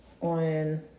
on